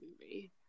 movie